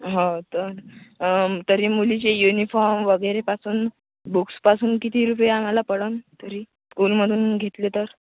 हां तर तरी मुलीचे युनिफॉर्म वगैरेपासून बुक्सपासून किती रुपये आम्हाला पडंन तरी स्कूलमधून घेतले तर